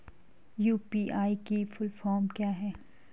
UPI की full form क्या है?